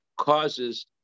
causes